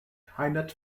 hainaut